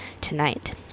tonight